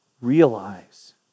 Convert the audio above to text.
realize